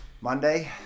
Monday